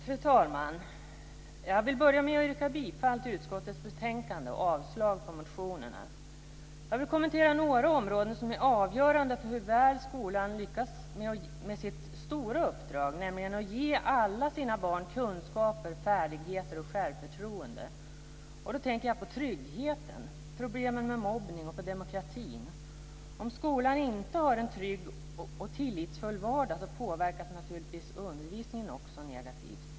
Fru talman! Jag vill börja med att yrka bifall till utskottets förslag till riksdagsbeslut och avslag på motionerna. Jag vill kommentera några områden som är avgörande för hur väl skolan lyckas med sitt stora uppdrag, nämligen att ge alla sina barn kunskaper, färdigheter och självförtroende. Då tänker jag på tryggheten, problemen med mobbning och på demokratin. Om skolan inte kan skapa en trygg och tillitsfull vardag påverkas naturligtvis också undervisningen negativt.